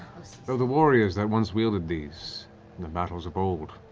though the warriors that once wielded these in the battles of old